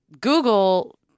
Google